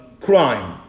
crime